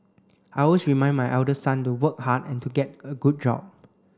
I always remind my elder son to work hard and to get a good job